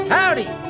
Howdy